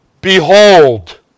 Behold